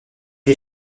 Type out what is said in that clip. est